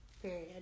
Period